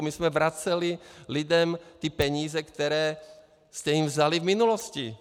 My jsme vraceli lidem ty peníze, které jste jim vzali v minulosti.